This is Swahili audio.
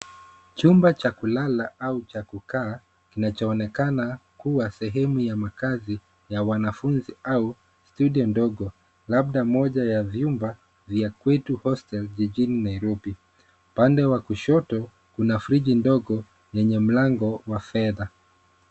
Chumba cha kulala au cha kukaa kinachoonekana kuwa sehemu ya makazi ya wanafunzi au studio ndogo. Labda moja ya vyumba ya kwetu hostel jijini Nairobi. Upande wa kushoto kuna friji ndogo yenye mlango wa fedha.